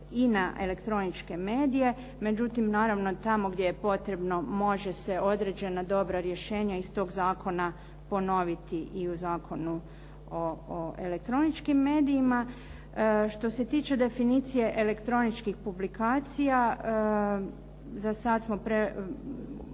i na elektroničke medije, međutim naravno tamo gdje je potrebno može se određena dobra rješenja iz tog zakona ponoviti i u Zakonu o elektroničkim medijima. Što se tiče definicije elektroničkih publikacija, za sad smo